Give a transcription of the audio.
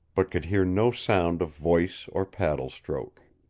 but could hear no sound of voice or paddle stroke.